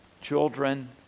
children